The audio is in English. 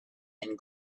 and